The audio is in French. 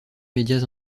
médias